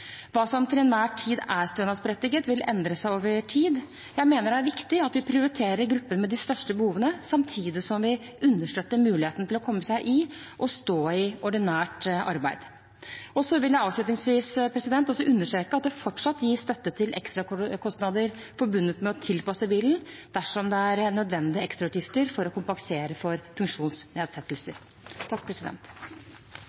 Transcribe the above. Hva som til enhver tid er stønadsberettiget, vil endre seg over tid. Jeg mener det er viktig at vi prioriterer gruppen med de største behovene, samtidig som vi understøtter muligheten til å komme seg i og stå i ordinært arbeid. Jeg vil avslutningsvis understreke at det fortsatt gis støtte til ekstrakostnader forbundet med å måtte tilpasse bilen, dersom dette er nødvendige ekstrautgifter for å kompensere for funksjonsnedsettelser.